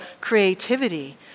creativity